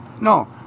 No